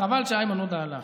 חבל שאיימן עודה הלך,